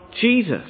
Jesus